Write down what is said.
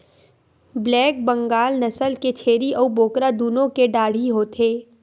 black Bengal नसल के छेरी अउ बोकरा दुनो के डाढ़ही होथे